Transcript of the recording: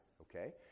Okay